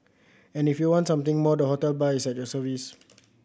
and if you want something more the hotel bar is at your service